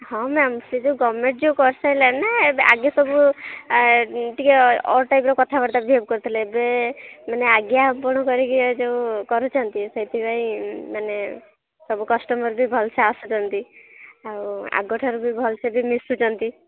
ହଁ ମ୍ୟାମ୍ ସେ ଯେଉଁ ଗଭର୍ଣ୍ଣମେଣ୍ଟ୍ ଯେଉଁ କରିସାରିଲାଣି ନା ଏବେ ଆଗେ ସବୁ ଟିକେ ଅଡ଼୍ ଟାଇପ୍ର କଥାବାର୍ତ୍ତା ବିହେଭ୍ କରୁଥିଲେ ଏବେ ମାନେ ଆଜ୍ଞା ଆପଣ କରିକି ଯେଉଁ କରୁଛନ୍ତି ସେଥିପାଇଁ ମାନେ ସବୁ କଷ୍ଟମର୍ ବି ଭଲସେ ଆସୁଛନ୍ତି ଆଉ ଆଗଠାରୁ ବି ଭଲସେ ବି ମିଶୁଛନ୍ତି